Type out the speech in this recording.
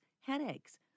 headaches